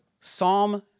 Psalm